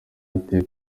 ati